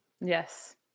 Yes